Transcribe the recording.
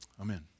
Amen